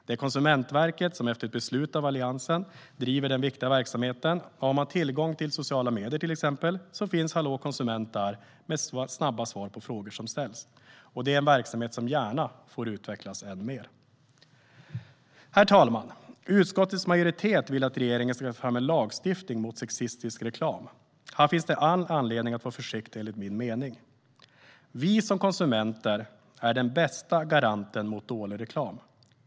Det är Konsumentverket som efter ett beslut av Alliansen driver den viktiga verksamheten, och har man tillgång till sociala medier så finns Hallå konsument där med snabba svar på frågor som ställs. Det är en verksamhet som gärna får utvecklas än mer. Herr talman! Utskottets majoritet vill att regeringen ska ta fram en lagstiftning mot sexistisk reklam. Här finns det all anledning att vara försiktig, enligt min mening. Vi som konsumenter är den bästa garanten mot dålig reklam.